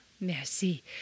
Merci